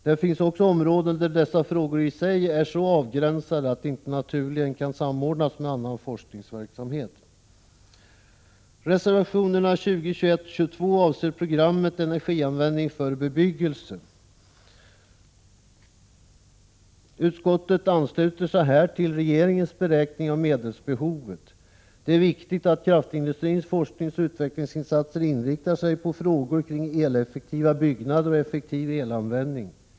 Det finns också områden där dessa frågor i sig är så avgränsade att de inte naturligen kan samordnas med annan forskningsverksamhet. Reservationerna 20, 21 och 22 avser programmet energianvändning för bebyggelse. Utskottet ansluter sig här till regeringens beräkning av medelsbehovet. Det är viktigt att kraftindustrins forskningsoch utvecklingsinsatser inriktar sig på frågor kring eleffektiva byggnader och effektiv elanvändning.